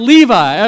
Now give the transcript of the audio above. Levi